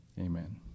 amen